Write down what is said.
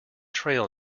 trail